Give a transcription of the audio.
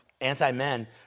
anti-men